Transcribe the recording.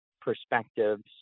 perspectives